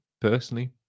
personally